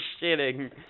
shitting